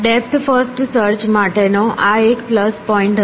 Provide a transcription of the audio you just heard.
depth first search માટેનો આ એક પ્લસ પોઇન્ટ હતો